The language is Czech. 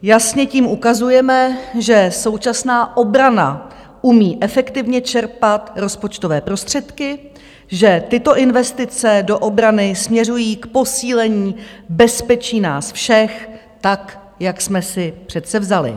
Jasně tím ukazujeme, že současná obrana umí efektivně čerpat rozpočtové prostředky, že tyto investice do obrany směřují k posílení bezpečí nás všech, tak jak jsme si předsevzali.